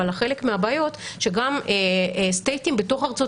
אבל חלק מהבעיות שגם סטייטים בתוך ארצות